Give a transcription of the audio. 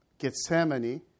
Gethsemane